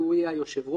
והוא יהיה היושב ראש,